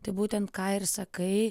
tai būtent ką ir sakai